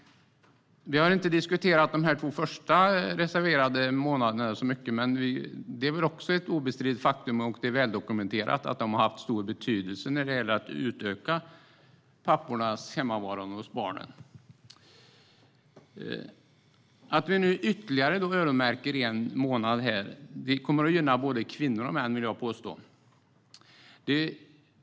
Vi har inte diskuterat de två första reserverade månaderna särskilt mycket, men det är också ett obestridligt och väldokumenterat faktum att de har haft stor betydelse för att utöka pappors hemmavarande med barn. Att vi öronmärker ytterligare en månad kommer att gynna både kvinnor och män.